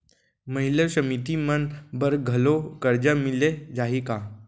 महिला समिति मन बर घलो करजा मिले जाही का?